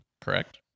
Correct